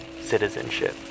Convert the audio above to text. citizenship